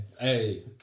Hey